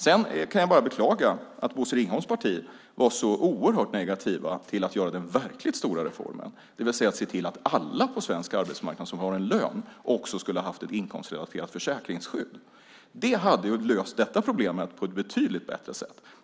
Jag kan bara beklaga att Bosse Ringholms parti var så oerhört negativt till att göra den verkligt stora reformen, det vill säga att se till att alla på svensk arbetsmarknad som har en lön också har ett inkomstrelaterat försäkringsskydd. Det hade löst detta problem på ett betydligt bättre sätt.